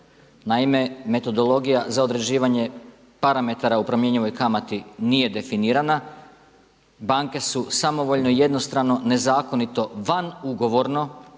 Naime, metodologija za određivanje parametara u promjenjivoj kamati nije definirana, banke su samovoljno jednostrano, nezakonito van ugovorno